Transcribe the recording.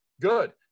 good